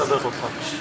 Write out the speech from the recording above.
אני לא רוצה לסבך אותך.